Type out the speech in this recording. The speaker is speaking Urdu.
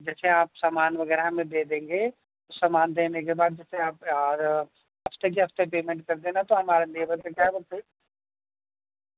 جیسے آپ سامان وغیرہ ہمیں دے دیں گے سامان دینے کے بعد جیسے آپ ہفتے کے ہفتے پیمنٹ کر دینا تو ہمارا لیبر کے کیا بولتے